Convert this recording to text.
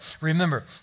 remember